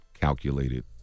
calculated